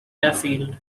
airfield